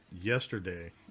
yesterday